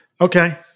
Okay